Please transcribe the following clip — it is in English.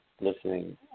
listening –